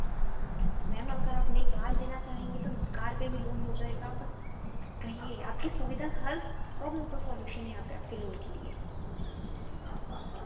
ma'am अगर आप नई कार लेना चाहेंगी तो कार पर भी लोन हो जाएगा आप बस कहिए आपकी सविधा हर प्रॉब्लम को सोल्यूशन यहाँ पर आपके लोन के लिए